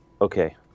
Okay